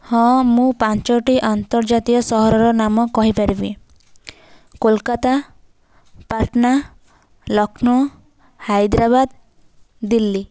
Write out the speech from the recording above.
ହଁ ମୁଁ ପାଞ୍ଚଟି ଆନ୍ତର୍ଜାତୀୟ ସହରର ନାମ କହିପାରିବି କୋଲକାତା ପାଟନା ଲକ୍ଷ୍ନୌ ହାଇଦ୍ରାବାଦ ଦିଲ୍ଲୀ